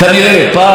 פעם ב-.